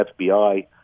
FBI